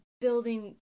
building